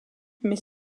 mais